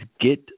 get